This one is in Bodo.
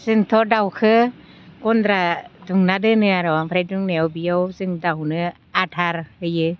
जोंथ' दाउखौ गन्द्रा दुमना दोनो आरो ओमफ्राय दुमनायाव बेयाव जों दाउनो आदार होयो